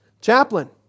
Chaplain